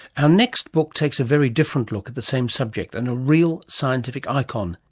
our next book takes a very different look at the same subject, and a real scientific icon,